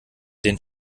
den